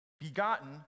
begotten